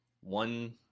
one